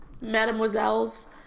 mademoiselles